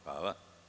Hvala.